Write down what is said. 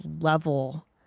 level